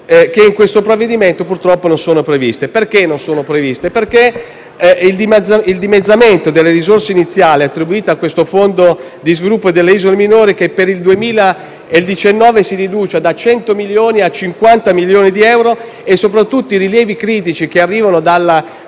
che in questo provvedimento, purtroppo, non sono previste, perché il dimezzamento delle risorse iniziali attribuite al fondo di sviluppo delle isole minori, che per il 2019 si riduce da 100 a 50 milioni di euro, e soprattutto i rilievi critici che arrivano dalla